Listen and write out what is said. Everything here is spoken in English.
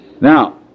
Now